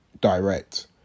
direct